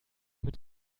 mit